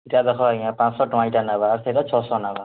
ଏଇଟା ଦେଖ ଆଜ୍ଞା ପାଞ୍ଚଶହ ଟଙ୍କା ଏଇଟା ନେବା ଆର୍ ସେଇଟା ଛଅଶହ ନେବା